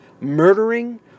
murdering